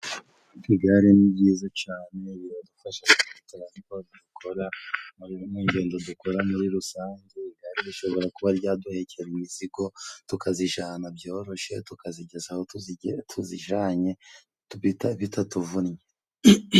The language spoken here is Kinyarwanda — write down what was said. Igare ni ryiza cane riradufasha mu byo dukora ari mu ngendo dukora muri rusange igare rishobora kuba ryaduhekera imizigo tukajana byoroshye tukazigeza aho tuzijanye bita bitatuvunnye